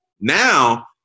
Now